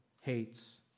hates